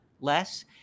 less